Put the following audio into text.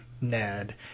Ned